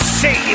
say